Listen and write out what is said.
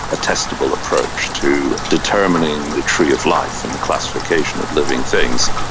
a testable approach to determining the tree of life and the classification of living things.